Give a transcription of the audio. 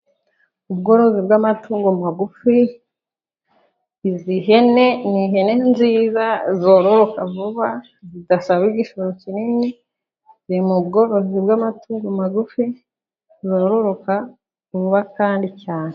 Ubworozi bw'amatungo magufi. Izi hene ni ihene nziza zororoka vuba. zidasaba igishoro kinini. ziri mu bworozi bw'amatungo magufi zororoka vuba kandi cyane.